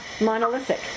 monolithic